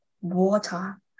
water